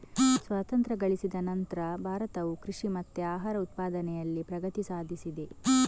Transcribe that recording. ಸ್ವಾತಂತ್ರ್ಯ ಗಳಿಸಿದ ನಂತ್ರ ಭಾರತವು ಕೃಷಿ ಮತ್ತೆ ಆಹಾರ ಉತ್ಪಾದನೆನಲ್ಲಿ ಪ್ರಗತಿ ಸಾಧಿಸಿದೆ